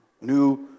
New